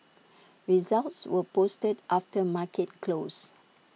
results were posted after market close